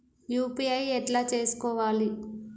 UPI ఎట్లా చేసుకోవాలి?